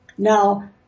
Now